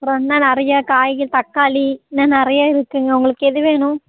அப்பறம் இன்னும் நிறைய காய்ங்க தக்காளி இன்னும் நிறைய இருக்குதுங்க உங்களுக்கு எது வேணும்